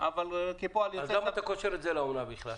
אז למה אתה קושר את זה בכלל לאומנה?